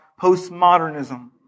postmodernism